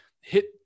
hit